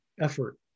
effort